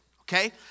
okay